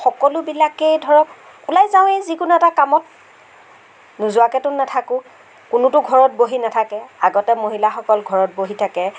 সকলোবিলাকেই ধৰক ওলাই যাওঁৱেই যিকোনো এটা কামত নোযোৱাকেটো নাথাকোঁ কোনোটো ঘৰত বহি নাথাকে আগতে মহিলাসকল ঘৰত বহি থাকে